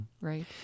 Right